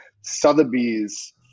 Sotheby's